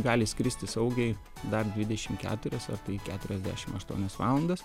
gali skristi saugiai dar dvidešim keturias ar tai keturiasdešim aštuonias valandas